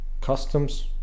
customs